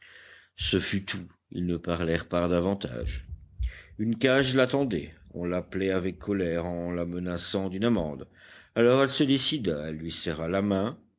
ce fut tout ils ne parlèrent pas davantage une cage l'attendait on l'appelait avec colère en la menaçant d'une amende alors elle se décida elle lui serra la main